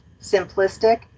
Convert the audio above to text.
simplistic